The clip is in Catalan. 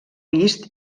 vist